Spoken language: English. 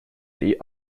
that